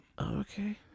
Okay